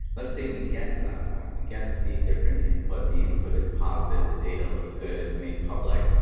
let's say we get to that point. we get the different input the input is positive, the data looks good. it's made public.